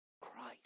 Christ